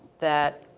that